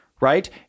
right